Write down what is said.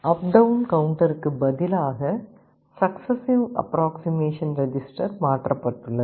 அப் down கவுண்டருக்கு பதிலாக successive approximation register மாற்றப்பட்டுள்ளது